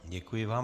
Děkuji vám.